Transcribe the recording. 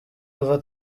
uva